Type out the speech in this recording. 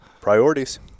Priorities